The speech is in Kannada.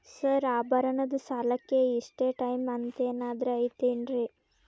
ಸರ್ ಆಭರಣದ ಸಾಲಕ್ಕೆ ಇಷ್ಟೇ ಟೈಮ್ ಅಂತೆನಾದ್ರಿ ಐತೇನ್ರೇ?